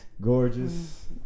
Gorgeous